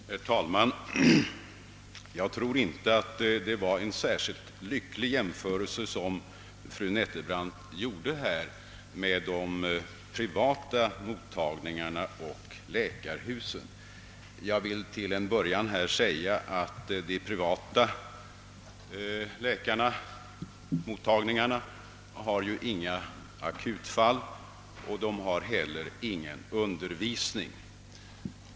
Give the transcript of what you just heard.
Herr talman! Jag tror inte att det var en särskilt lycklig jämförelse som fru Nettelbrandt gjorde mellan poliklinikerna samt de privata mottagningarna på läkarhusen,. Vid de privata mottagningarna har man inga akutfall och bedriver heller ingen undervisning.